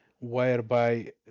whereby